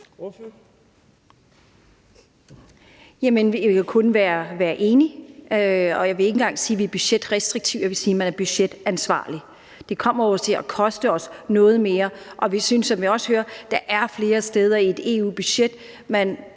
Vi kan kun være enige, og jeg vil ikke engang sige, at vi er budgetrestriktive, men at vi er budgetansvarlige. Det kommer jo til at koste os noget mere, og som vi også hører, er der flere poster i EU-budgettet,